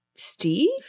Steve